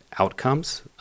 outcomes